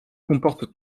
comporte